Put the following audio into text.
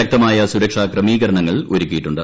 ശക്തമായ സുരക്ഷാ ക്രമീകരണങ്ങൾ ഒരുക്കിയിട്ടുണ്ട്